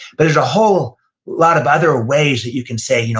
but there's a whole lot of other ways that you can say, you know